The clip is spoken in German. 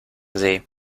see